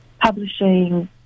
publishing